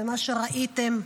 מה שראיתם,